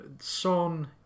Son